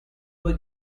due